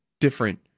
different